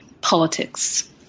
politics